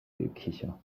gekicher